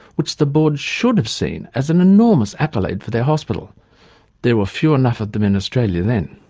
which the board should have seen as an enormous accolade for their hospital there were few enough of them in australia then.